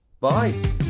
bye